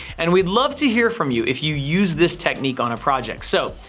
and we'd love to hear from you, if you use this technique on a project so,